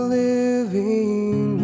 living